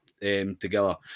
Together